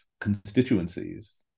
constituencies